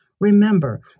Remember